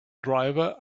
driver